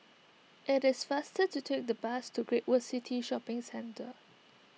it is faster to take the bus to Great World City Shopping Centre